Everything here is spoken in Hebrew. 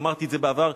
ואמרתי את זה בעבר,